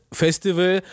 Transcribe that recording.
festival